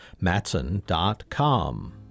Matson.com